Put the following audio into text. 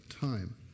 time